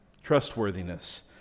Trustworthiness